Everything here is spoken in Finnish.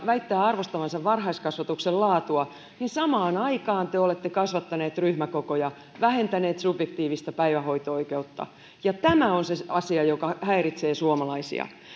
väittää arvostavansa varhaiskasvatuksen laatua niin samaan aikaan te te olette kasvattaneet ryhmäkokoja vähentäneet subjektiivista päivähoito oikeutta ja tämä on se asia joka häiritsee suomalaisia